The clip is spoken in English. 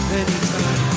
anytime